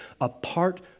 apart